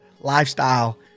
lifestyle